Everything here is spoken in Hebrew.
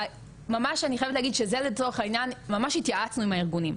שממש אני חייבת להגיד שעל זה לצורך העניין ממש התייעצנו עם הארגונים,